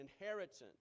inheritance